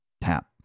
Tap